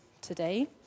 today